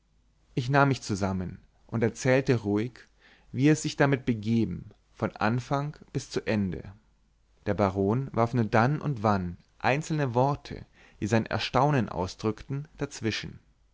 ich nahm mich zusammen und erzählte ruhig wie es sich damit begeben von anfang bis zu ende der baron warf nur dann und wann einzelne worte die sein erstaunen ausdrückten dazwischen